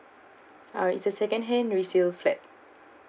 uh it's a second hand resale flat